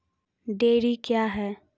Dairy क्या हैं?